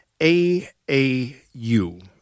AAU